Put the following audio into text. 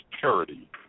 parity